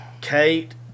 Kate